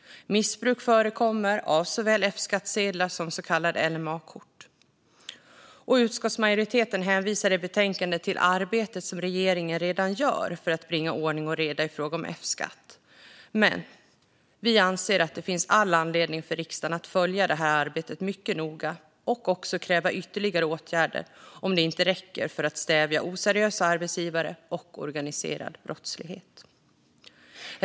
Missbruk förekommer av såväl F-skattsedlar som så kallade LMA-kort. Utskottsmajoriteten hänvisar i betänkandet till det arbete som regeringen redan gör för att bringa ordning och reda i fråga om F-skatt. Vi anser dock att det finns all anledning för riksdagen att följa detta arbete mycket noga och också kräva ytterligare åtgärder om det inte räcker för att stävja oseriösa arbetsgivare och organiserad brottslighet.